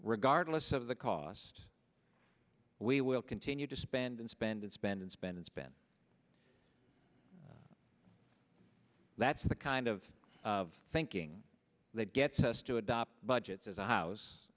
regardless of the cost we will continue to spend and spend and spend and spend and spend that's the kind of thinking that gets us to adopt budgets as a house